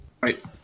Right